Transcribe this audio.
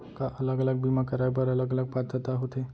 का अलग अलग बीमा कराय बर अलग अलग पात्रता होथे?